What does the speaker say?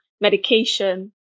medication